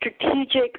strategic